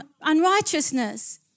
unrighteousness